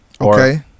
Okay